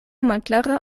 malklara